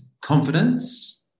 confidence